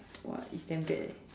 !wah! it's damn bad eh